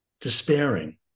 despairing